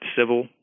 civil